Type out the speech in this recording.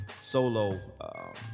solo